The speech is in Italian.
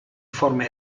forma